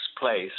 place